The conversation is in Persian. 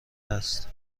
است